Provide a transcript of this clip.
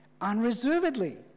unreservedly